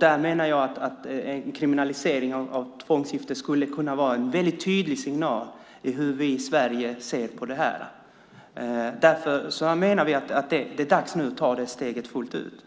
Där menar jag att en kriminalisering av tvångsäktenskap skulle kunna vara en tydlig signal om hur vi i Sverige ser på det här. Därför menar jag att det är dags att ta det steget fullt ut.